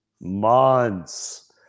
Months